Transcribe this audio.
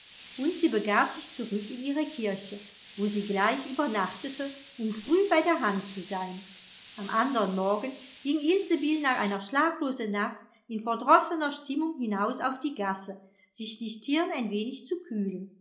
und sie begab sich zurück in ihre kirche wo sie gleich übernachtete um früh bei der hand zu sein am andern morgen ging ilsebill nach einer schlaflosen nacht in verdrossener stimmung hinaus auf die gasse sich die stirn ein wenig zu kühlen